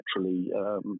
naturally